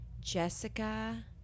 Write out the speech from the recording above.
Jessica